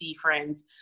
friends